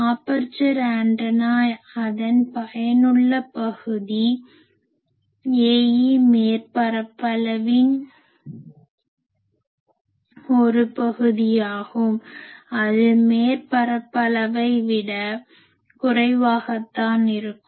aperture antenna அதன் பயனுள்ள பகுதி Ae மேற்பரப்பளவின் ஒரு பகுதியாகும் அது மேற்பரப்பளவை விட குறைவாகத்தான் இருக்கும்